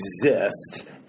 exist